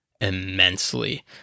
immensely